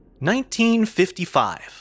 1955